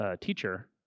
teacher